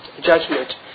judgment